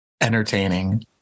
entertaining